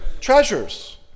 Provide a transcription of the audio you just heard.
Treasures